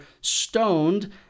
stoned